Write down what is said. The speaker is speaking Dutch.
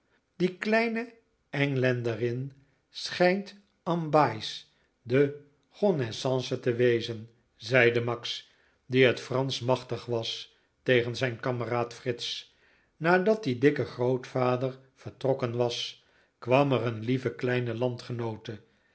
die kleine englanderin schijnt en bays de gonnaissance te wezen zeide max die het fransch machtig was tegen zijn kameraad fritz nadat die dikke grootvader vertrokken was kwam er een lieve kleine landgenoote